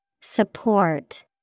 Support